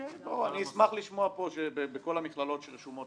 אשמח לשמוע פה שבכל המכללות שרשומות